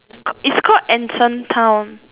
is called anson town